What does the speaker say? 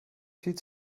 viel